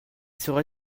sera